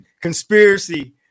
conspiracy